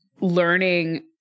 learning